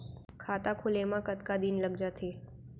खाता खुले में कतका दिन लग जथे?